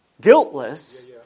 guiltless